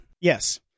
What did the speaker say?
yes